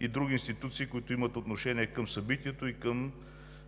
и други институции, които имат отношение към събитието и към